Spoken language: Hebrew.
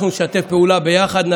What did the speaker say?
אנחנו נשתף פעולה, ביחד.